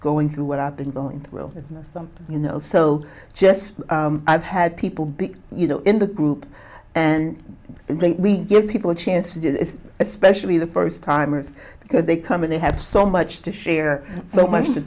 going through what i've been going well some you know so just i've had people you know in the group and we give people a chance to do this especially the first timers because they come in they have so much to share so much to